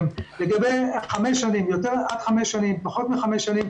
לגבי עניין של עד חמש שנים או פחות מחמש שנים,